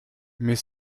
mais